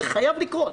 זה חייב לקרות.